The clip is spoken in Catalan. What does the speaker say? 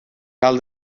cal